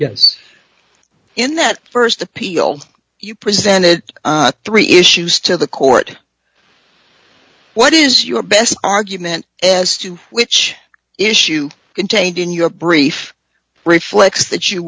yes in that st appeal you presented three issues to the court what is your best argument as to which issue contained in your brief reflects that you